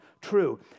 true